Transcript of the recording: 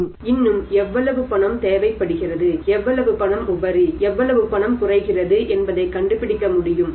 இன்னும் எவ்வளவு பணம் இருக்கிறது எவ்வளவு பணம் தேவைப்படுகிறது எவ்வளவு பணம் உபரி எவ்வளவு பணம் குறைகிறது என்பதைக் கண்டு பிடிக்க முடியும்